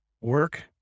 work